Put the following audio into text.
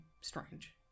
strange